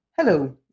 Hello